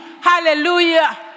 Hallelujah